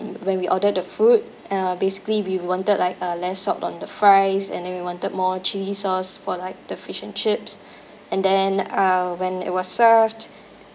when we ordered the food uh basically we wanted like uh less salt on the fries and then we wanted more chili sauce for like the fish and chips and then uh when it was served